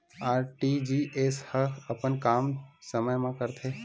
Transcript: RTGS ह अपन काम समय मा करथे?